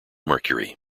mercury